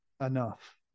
enough